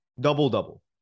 Double-double